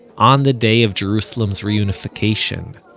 on the day of jerusalem's reunification.